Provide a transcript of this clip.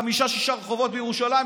חמישה-שישה רחובות בירושלים,